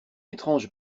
étrange